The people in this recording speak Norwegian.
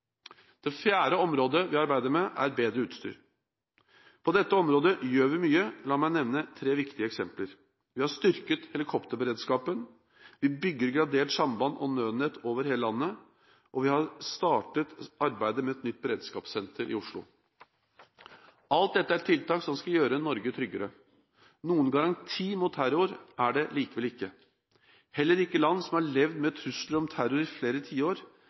Det fjerde området vi arbeider med, er bedre utstyr. På dette området gjør vi mye, la meg nevne tre viktige eksempler: Vi har styrket helikopterberedskapen, vi bygger gradert samband og nødnett over hele landet, og vi har startet arbeidet med et nytt beredskapssenter i Oslo. Alt dette er tiltak som skal gjøre Norge tryggere. Noen garanti mot terror er det likevel ikke. Heller ikke land som har levd med trusler om terror i flere tiår,